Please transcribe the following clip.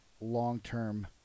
long-term